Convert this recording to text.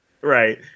Right